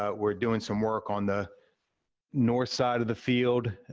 ah we're doing some work on the north side of the field,